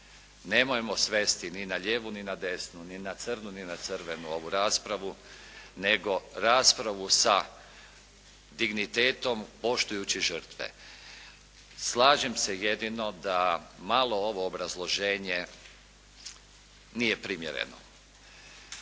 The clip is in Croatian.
Nemojmo svesti ni na lijevu ni na desnu, ni na crnu ni na crvenu ovu raspravu, nego raspravu sa dignitetom poštujući žrtve. Slažem se jedino da malo ovo obrazloženje nije primjereno.